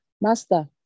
Master